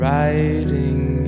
Writing